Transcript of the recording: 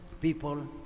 people